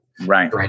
Right